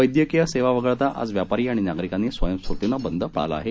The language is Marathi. वैद्यकीय सेवा वगळता आज व्यापारी आणि नागरीकांनी स्वयंस्फुर्तीनं बंद पाळला आहे